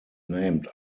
named